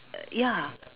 ya